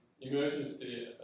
emergency